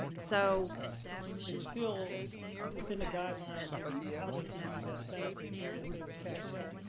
so it's still within the guidelines of how they can use that benefit, even if they would cash out.